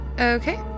Okay